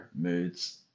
moods